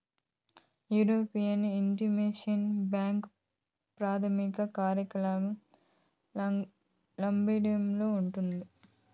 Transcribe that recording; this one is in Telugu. యూరోపియన్ ఇన్వెస్టుమెంట్ బ్యాంకు ప్రదాన కార్యాలయం లక్సెంబర్గులో ఉండాది